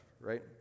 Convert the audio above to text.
right